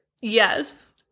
Yes